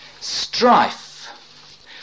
strife